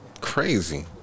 crazy